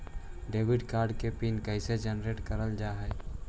Debit card के PIN कैसे generate करल जाहै?